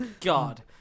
god